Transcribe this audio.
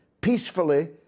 peacefully